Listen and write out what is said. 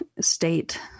state